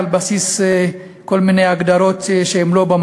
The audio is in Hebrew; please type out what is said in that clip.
בכל פעם אנחנו מתפלאים עד כמה התופעה הזאת נפוצה בכל